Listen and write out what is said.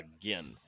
again